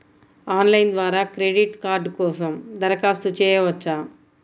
Online ద్వారా credit card కోసం దరఖాస్తు చేయవచ్చా?